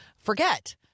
forget